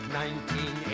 1980